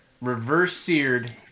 reverse-seared